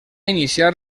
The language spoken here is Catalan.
iniciar